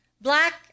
black